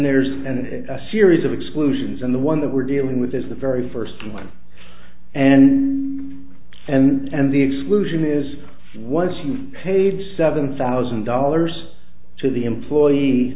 there's a series of exclusions and the one that we're dealing with is the very first one and and the exclusion is once you've paid seven thousand dollars to the employee